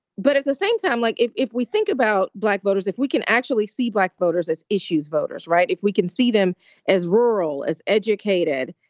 but at the same time, like if if we think about black voters, if we can actually see black voters as issues voters. right. if we can see them as rural, as educated,